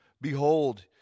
Behold